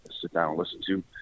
sit-down-and-listen-to